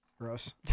Gross